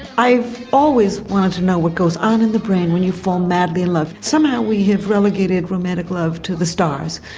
i've always wanted to know what goes on in the brain when you fall madly in love. somehow we have relegated romantic love to the stars,